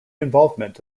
involvement